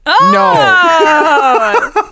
No